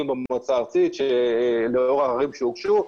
במועצה הארצית לאור הערערים שהוגשו.